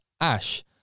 Ash